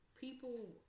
people